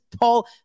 Paul